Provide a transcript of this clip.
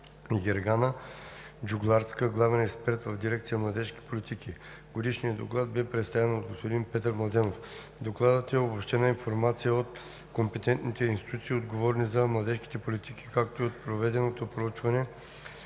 Гергана Джугларска – главен експерт в Дирекция „Младежки политики“. Годишният доклад бе представен от господин Петър Младенов. Докладът е обобщена информация от компетентните институции, отговорни за младежките политики, както и от проведеното проучване